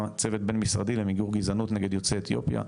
צוות בין-משרדי למיגור גזענות נגד יוצאי אתיופיה.